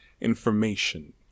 information